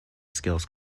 skills